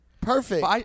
Perfect